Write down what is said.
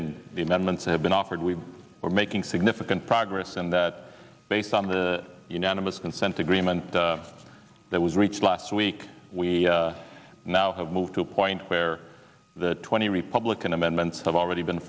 and the amendments have been offered we are making significant progress and that based on the unanimous consent agreement that was reached last week we now have moved to a point where the twenty republican amendments have already been